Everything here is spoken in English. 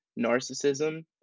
Narcissism